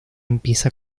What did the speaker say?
empieza